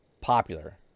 popular